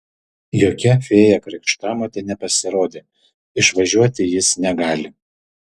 jokia fėja krikštamotė nepasirodė išvažiuoti jis negali